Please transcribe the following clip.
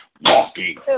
Walking